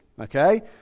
okay